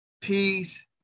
peace